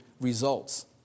results